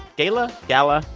gay-la? gala?